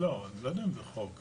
אני לא יודע אם זה חוק.